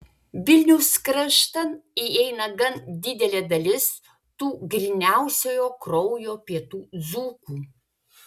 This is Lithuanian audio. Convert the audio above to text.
vilniaus kraštan įeina gan didelė dalis tų gryniausiojo kraujo pietų dzūkų